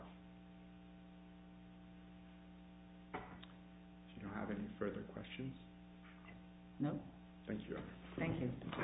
from